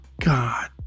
God